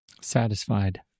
Satisfied